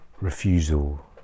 refusal